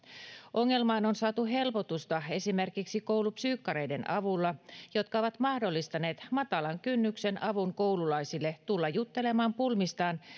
ongelmaan on saatu helpotusta esimerkiksi koulupsyykkareiden avulla jotka ovat mahdollistaneet matalan kynnyksen avun koululaisille tulla juttelemaan pulmistaan